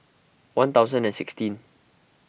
one thousand and sixteen